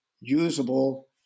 usable